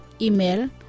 Email